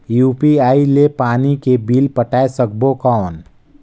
UPI ले पानी के बिल पटाय सकबो कौन?